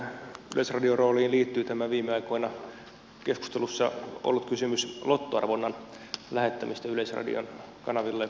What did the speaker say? tähän yleisradion rooliin liittyy tämä viime aikoina keskustelussa ollut kysymys lottoarvonnan lähettämisestä yleisradion kanavilla